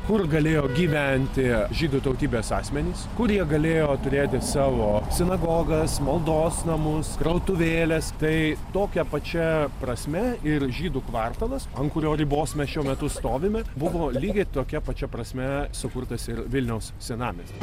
kur galėjo gyventi žydų tautybės asmenys kurie galėjo turėti savo sinagogas maldos namus krautuvėles tai tokia pačia prasme ir žydų kvartalas ant kurio ribos mes šiuo metu stovime buvo lygiai tokia pačia prasme sukurtas ir vilniaus senamiesty